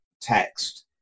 text